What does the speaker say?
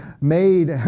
made